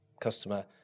customer